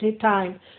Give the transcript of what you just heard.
time